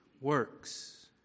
works